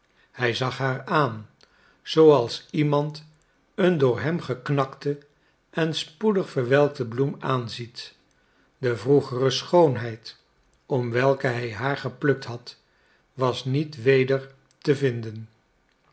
hij zag haar aan zooals iemand een door hem geknakte en spoedig verwelkte bloem aanziet de vroegere schoonheid om welke hij haar geplukt had was niet weder te vinden